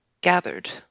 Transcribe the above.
gathered